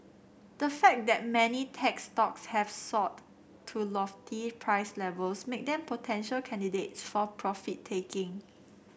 the fact that many tech stocks have soared to lofty price levels make them potential candidates for profit taking